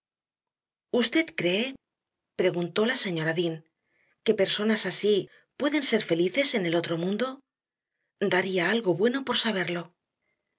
usted cree preguntó la señora dean que personas así pueden ser felices en el otro mundo daría algo bueno por saberlo